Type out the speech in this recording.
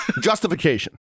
Justification